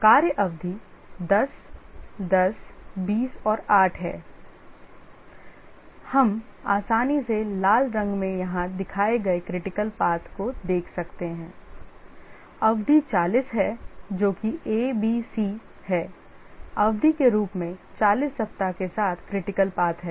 कार्य अवधि 10 10 20 और 8 हैं हम आसानी से लाल रंग में यहां दिखाए गए critical path को देख सकते हैं अवधि 40 है जो कि ABC है अवधि के रूप में 40 सप्ताह के साथ critical path है